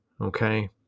Okay